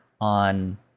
on